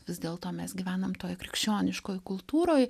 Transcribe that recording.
vis dėlto mes gyvenam toj krikščioniškoj kultūroj